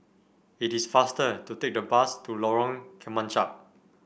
it is faster to take the bus to Lorong Kemunchup